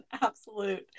Absolute